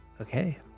Okay